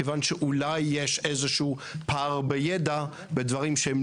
כיוון שאולי יש איזשהו פער בידע בדברים שהם